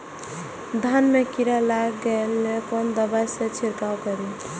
धान में कीरा लाग गेलेय कोन दवाई से छीरकाउ करी?